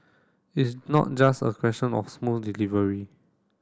it's not just a question of smooth delivery